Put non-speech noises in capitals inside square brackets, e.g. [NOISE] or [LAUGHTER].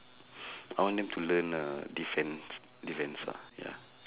[BREATH] I want them to learn uh defence defence ah ya